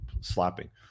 slapping